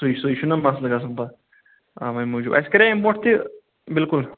سُے سُے چُھنا مسلہٕ گژھان پَتہٕ اَوے موٗجوٗب اَسہِ کَرے امہِ برونٹھ تہِ بالکل